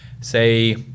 say